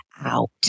out